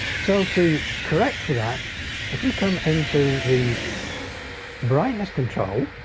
so to correct for that if we come into the brightness control